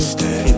Stay